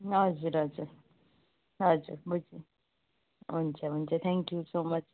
हजुर हजुर हजुर बुझेँ हुन्छ हुन्छ थ्याङक यु सो मच